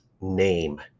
name